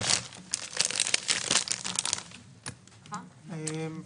אנחנו